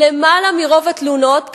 רוב התלונות,